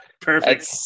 Perfect